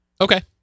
Okay